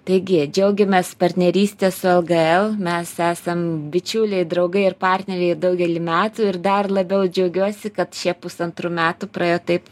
taigi džiaugiamės partneryste su lgl mes esam bičiuliai draugai ir partneriai daugelį metų ir dar labiau džiaugiuosi kad šie pusantrų metų praėjo taip